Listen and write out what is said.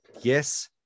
yes